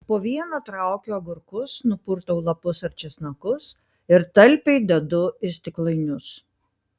po vieną traukiu agurkus nupurtau lapus ar česnakus ir talpiai dedu į stiklainius